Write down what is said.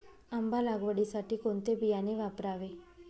आंबा लागवडीसाठी कोणते बियाणे वापरावे?